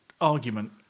argument